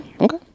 okay